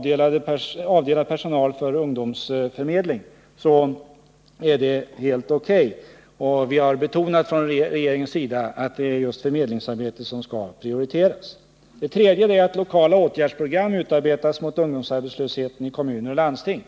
Vill man avdela personal för ungdomsförmedling är detta helt O.K., och vi har från regeringens sida betonat att sådant förmedlingsarbete skall prioriteras. Vpk:s tredje krav är att lokala åtgärdsprogram mot ungdomsarbetslösheten skall utarbetas i kommuner och landsting.